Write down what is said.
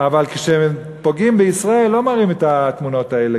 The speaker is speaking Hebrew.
אבל כשפוגעים בישראל לא מראים את התמונות האלה,